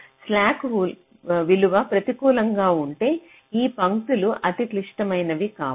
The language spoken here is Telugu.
స్లాక్ విలువ ప్రతికూలంగా ఉంటే ఆ పంక్తులు అంత క్లిష్టమైనవి కావు